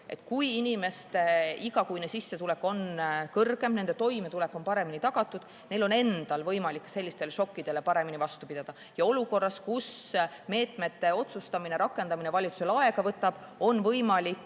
Kui inimeste igakuine sissetulek on kõrgem, nende toimetulek on paremini tagatud, siis neil on endal võimalik sellistele šokkidele paremini vastu pidada. Olukorras, kus meetmete otsustamine ja rakendamine valitsusel aega võtab, on võimalik